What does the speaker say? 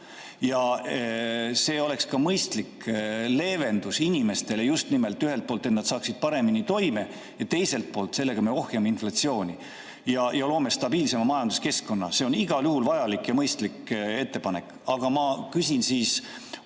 Ja see oleks ka mõistlik leevendus inimestele just nimelt ühelt poolt, et nad tuleksid paremini toime, ja teiselt poolt, sellega me ohjame inflatsiooni ja loome stabiilsema majanduskeskkonna. See on igal juhul vajalik ja mõistlik ettepanek. Aga ma küsin hoopis selle